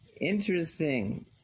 Interesting